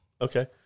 Okay